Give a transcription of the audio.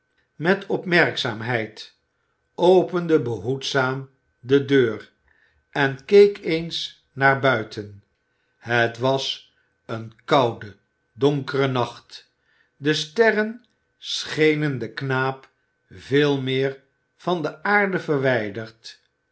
met opmerkzaamheid opende behoedzaam de deur en keek eens naar buiten het was een koude donkere nacht de sterren schenen den knaap veel meer van de aarde verwijderd